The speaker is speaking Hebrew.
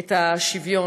של השוויון,